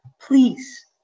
please